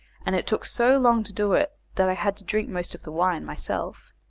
and it took so long to do it that i had to drink most of the wine myself.